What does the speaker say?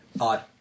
Odd